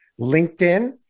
linkedin